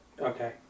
Okay